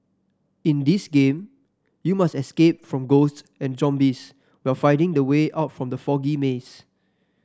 in this game you must escape from ghosts and zombies while finding the way out from the foggy maze